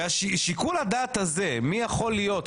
והשיקול הדעת הזה מי יכול להיות,